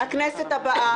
הכנסת הבאה.